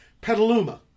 Petaluma